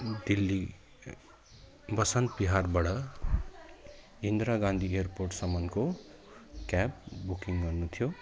दिल्ली बसन्त बिहारबाट इन्दिरा गान्धी एयरपोर्टसम्मको cab booking गर्नु थियो